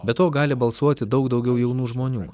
be to gali balsuoti daug daugiau jaunų žmonių